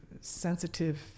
sensitive